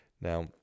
Now